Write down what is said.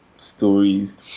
stories